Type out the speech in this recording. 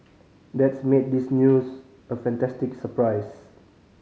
that's made this news a fantastic surprise